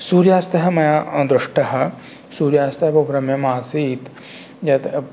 सूर्यास्तः मया दृष्टः सूर्यास्तः बहुरम्यम् आसीत् यत्